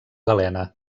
galena